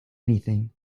anything